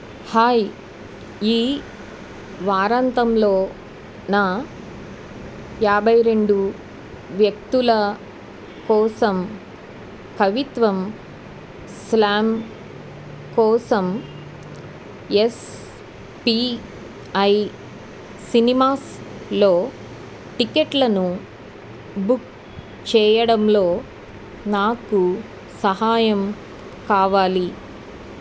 hi ఈ వారాంతంలో నా యాభై రెండు వ్యక్తుల కోసం కవిత్వం స్లామ్ కోసం ఎస్ పీ ఐ సినిమాస్లో టిక్కెట్లను బుక్ చేయడంలో నాకు సహాయం కావాలి